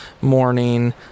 morning